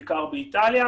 בעיקר באיטליה,